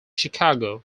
chicago